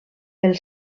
pel